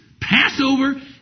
Passover